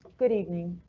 good evening,